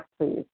please